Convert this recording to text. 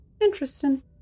Interesting